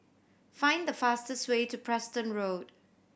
find the fastest way to Preston Road